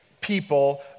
people